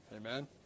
amen